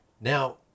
Now